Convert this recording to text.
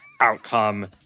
outcome